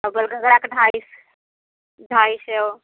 और गल गगरा का ढाई ढाई सौ